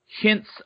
hints